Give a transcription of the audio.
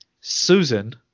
Susan